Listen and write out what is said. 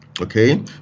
okay